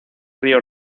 río